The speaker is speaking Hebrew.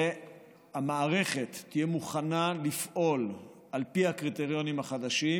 והמערכת תהיה מוכנה לפעול על פי הקריטריונים החדשים,